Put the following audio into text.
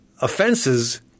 offenses